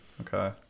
Okay